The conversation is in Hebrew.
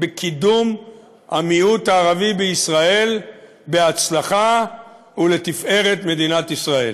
בקידום המיעוט הערבי בישראל בהצלחה ולתפארת מדינת ישראל.